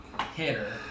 hitter